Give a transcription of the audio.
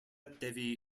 devi